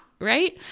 right